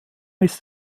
ist